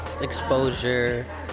exposure